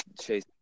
Chase